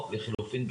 או לחילופין,